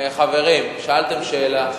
חברים, שאלתם שאלה,